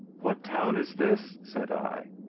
what town is this? said i.